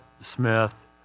Smith